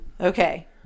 Okay